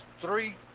three